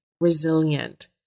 resilient